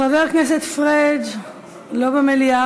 חבר הכנסת פריג' לא במליאה,